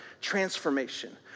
transformation